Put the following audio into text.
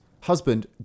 Husband